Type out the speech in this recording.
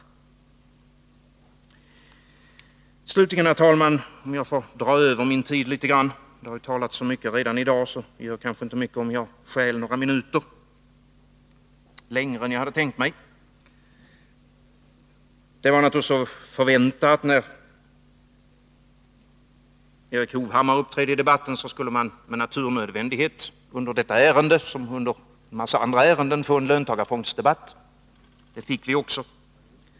Kanske får jag, herr talman, dra över min tid litet grand. Det har ju talats så mycket redan i dag att det kanske inte gör så mycket om jag stjäl några minuter. Det var naturligtvis att förvänta att när Erik Hovhammar uppträdde i debatten skulle vi med naturnödvändighet under detta ärende som under en massa andra ärenden få en löntagarfondsdebatt. Det fick vi också.